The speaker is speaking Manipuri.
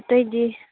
ꯑꯇꯩꯗꯤ